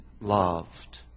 loved